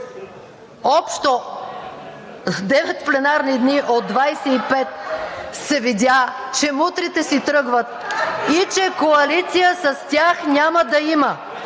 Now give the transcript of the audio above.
общо девет пленарни дни от 25 се видя, че мутрите си тръгват и че коалиция с тях няма да има.